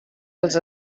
els